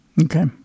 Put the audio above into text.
Okay